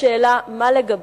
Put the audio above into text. מה לגבי הרוח,